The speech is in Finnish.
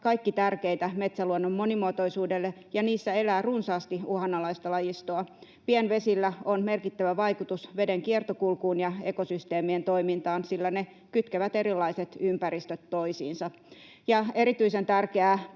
kaikki tärkeitä metsäluonnon monimuotoisuudelle, ja niissä elää runsaasti uhanalaista lajistoa. Pienvesillä on merkittävä vaikutus veden kiertokulkuun ja ekosysteemien toimintaan, sillä ne kytkevät erilaiset ympäristöt toisiinsa. Erityisen tärkeää